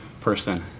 person